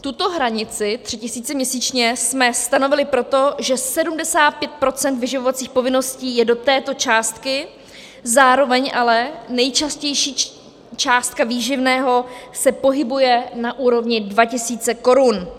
Tuto hranici, 3 tis. měsíčně, jsme stanovili proto, že 75 % vyživovacích povinností je do této částky, zároveň ale nejčastější částka výživného se pohybuje na úrovni 2 tisíc korun.